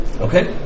Okay